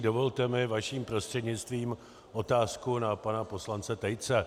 Dovolte mi vaším prostřednictvím otázku na pana poslance Tejce.